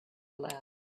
aloud